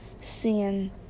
seeing